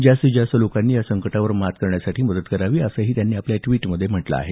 जास्तीत जास्त लोकांनी या संकटावर मात करण्यासाठी मदत करावी असंही त्यांनी आपल्या द्विटमध्ये म्हटलं आहे